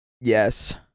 Yes